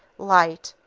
light,